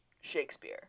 Shakespeare